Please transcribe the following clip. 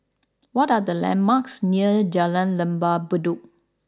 what are the landmarks near Jalan Lembah Bedok